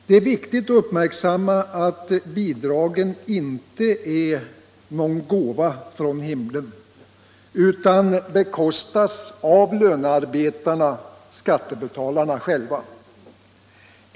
Det är viktigt att uppmärksamma att bidragen inte är någon gåva från himlen utan bekostas av lönarbetarna/skattebetalarna själva.